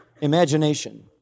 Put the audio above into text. imagination